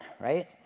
right